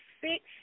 six